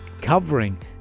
covering